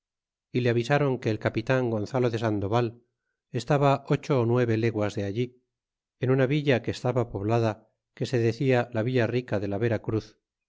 y le avisron que el capitan gonzalo de sandoval estaba ocho ó nueve leguas de allí en una villa que estaba poblada que se decia la villa rica de la